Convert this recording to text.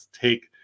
take